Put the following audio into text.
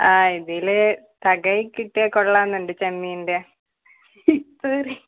ആ ഇതിൽ തകഴി കിട്ടിയാൽ കൊള്ളാം എന്നുണ്ട് ചെമ്മീൻ്റെ